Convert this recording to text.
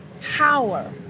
power